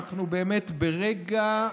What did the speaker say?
אנחנו באמת ברגע,